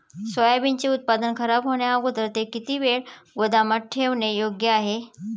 सोयाबीनचे उत्पादन खराब होण्याअगोदर ते किती वेळ गोदामात ठेवणे योग्य आहे?